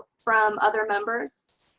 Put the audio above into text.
from other members.